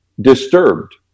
disturbed